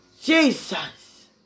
Jesus